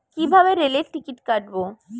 কিভাবে রেলের টিকিট কাটব?